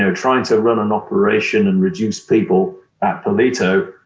ah trying to run an operation and reduce people at palito,